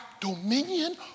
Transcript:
dominion